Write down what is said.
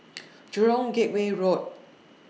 Jurong Gateway Road